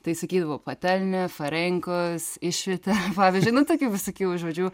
tai sakydavo patelnė farenkos išvietė pavyzdžiui nu tokių visokių žodžiu